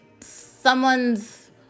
someone's